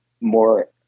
more